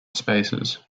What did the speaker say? spaces